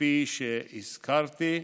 כפי שהזכרתי,